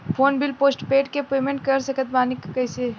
Phone bill postpaid के payment कैसे कर सकत बानी?